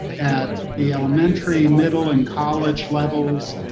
at the elementary, middle, and college levels.